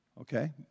okay